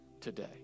today